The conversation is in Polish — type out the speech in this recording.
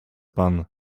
pan